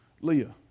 Leah